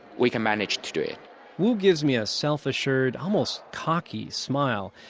we can manage to do it wu gives me a self-assured, almost cocky smile.